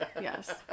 Yes